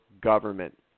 government